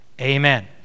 Amen